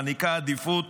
מעניקה עדיפות